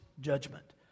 judgment